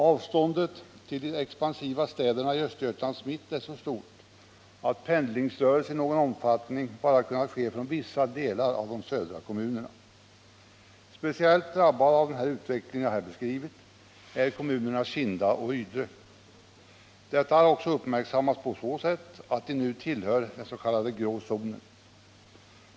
Avståndet till de expansiva städerna i Östergötlands mitt är så stort att pendlingsrörelser i någon omfattning bara har kunnat ske från vissa delar av de södra kommunerna. Speciellt drabbade av den utveckling jag här beskrivit är kommunerna Kinda och Ydre. Detta har också uppmärksammats på så sätt att de nu tillhör den s.k. grå zonen.